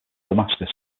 damascus